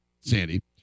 Sandy